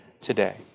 today